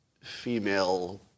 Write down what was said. female